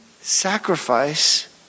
sacrifice